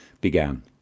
began